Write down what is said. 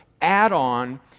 add-on